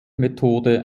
methode